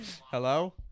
Hello